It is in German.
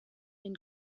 den